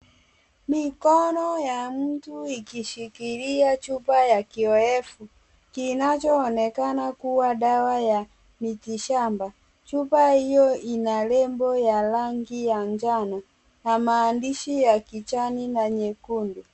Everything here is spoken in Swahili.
Mikono ya mtu ikishikilia chupa ya kioevu kinachoonekana kuwa dawa ya miti shamba. Chupa hiyo ina lebo ya rangi ya njano na maandishi ya kijani na nyekundu.